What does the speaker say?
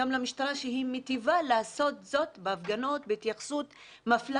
גם למשטרה שהיא מיטיבה לעשות זאת בהפגנות בהתייחסות מפלה,